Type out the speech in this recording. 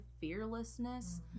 fearlessness